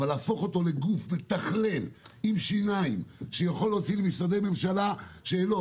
אבל להפוך אותו לגוף מתכלל עם שיניים שיכול להוציא למשרדי ממשלה שאלות,